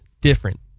different